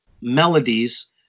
melodies